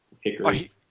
Hickory